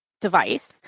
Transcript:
device